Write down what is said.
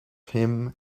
him